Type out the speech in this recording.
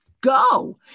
go